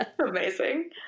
Amazing